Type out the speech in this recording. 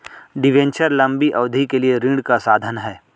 debenture लंबी अवधि के लिए ऋण का साधन है